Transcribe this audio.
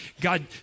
God